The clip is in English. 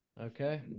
Okay